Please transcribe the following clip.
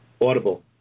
Audible